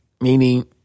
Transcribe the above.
meaning